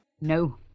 No